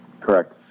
Correct